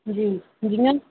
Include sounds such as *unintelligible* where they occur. जी *unintelligible*